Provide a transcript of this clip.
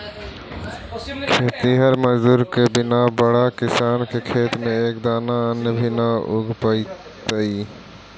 खेतिहर मजदूर के बिना बड़ा किसान के खेत में एक दाना अन्न भी न उग पइतइ